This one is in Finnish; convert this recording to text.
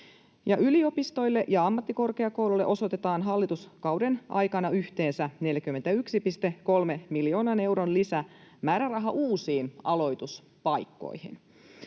yliopistoille ja ammattikorkeakouluille osoitetaan hallituskauden aikana yhteensä 41,3 miljoonan euron lisämääräraha uusiin aloituspaikkoihin.